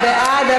בעד,